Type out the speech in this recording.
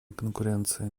конкуренции